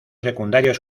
secundarios